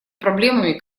проблемами